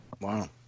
Wow